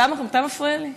אתה מפריע לי?